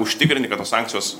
užtikrinti kad tos sankcijos